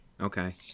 Okay